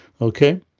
Okay